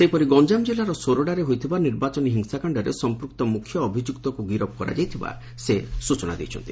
ସେହିପରି ଗଞ୍ଠାମ ଜିଲ୍ଗର ସୋରଡ଼ାରେ ହୋଇଥିବା ନିର୍ବାଚନୀ ହିଂସାକାଶ୍ଡରେ ସମ୍ମକ୍ତ ମୁଖ୍ୟ ଅଭିଯୁକ୍ତକୁ ଗିରଫ କରାଯାଇଥିବା ଶ୍ରୀ କୁମାର କହିଛନ୍ତି